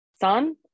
son